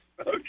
Okay